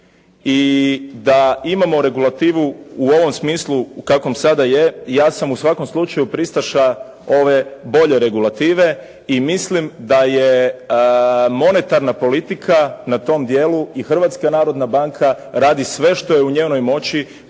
i da imamo regulativu u ovom smislu u kakvom sada je, ja sam u svakom slučaju pristaša ove bolje regulative i mislim da je monetarna politika na tom dijelu i Hrvatska narodna banka radi sve što je u njenoj moći